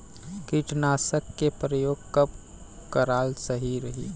कीटनाशक के प्रयोग कब कराल सही रही?